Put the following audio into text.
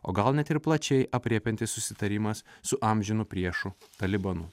o gal net ir plačiai aprėpiantis susitarimas su amžinu priešu talibanu